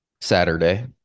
Saturday